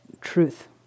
truth